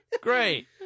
great